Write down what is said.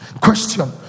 Question